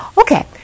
Okay